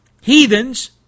heathens